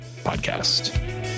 podcast